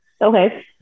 Okay